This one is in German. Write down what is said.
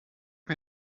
mir